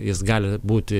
jis gali būti